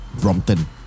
brompton